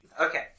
Okay